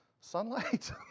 sunlight